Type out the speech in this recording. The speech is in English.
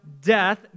death